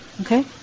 Okay